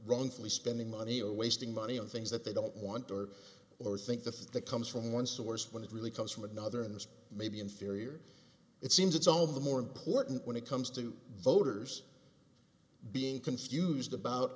wrongfully spending money or wasting money on things that they don't want or or think that the comes from one source when it really comes from another and maybe inferior it seems it's all the more important when it comes to voters being can stu's the about